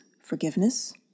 forgiveness